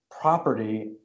property